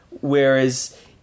Whereas